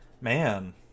Man